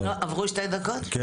לא עברו שתי דקות, אבל בסדר.